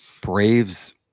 Braves